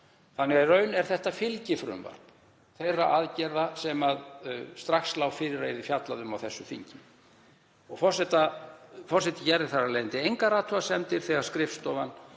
þannig að í raun er þetta fylgifrumvarp þeirra aðgerða sem strax lá fyrir að yrði fjallað um á þessu þingi. Forseti gerði þar af leiðandi engar athugasemdir þegar skrifstofan